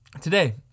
today